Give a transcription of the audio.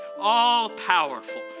all-powerful